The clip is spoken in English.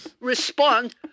respond